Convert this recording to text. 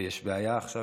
ויש בעיה עכשיו,